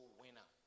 winner